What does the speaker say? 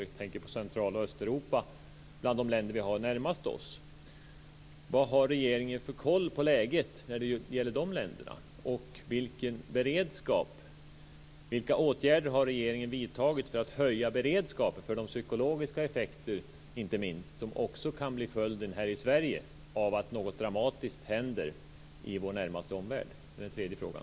Jag tänker på Central och Östeuropa bland de länder vi har närmast oss. Vad har regeringen för koll på läget när det gäller de länderna? Vilka åtgärder har regeringen vidtagit för att höja beredskapen vad gäller de psykologiska effekter, inte minst, som också kan bli följden här i Sverige av att något dramatiskt händer i vår närmaste omvärld? Det är den tredje frågan.